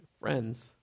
friends